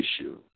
issue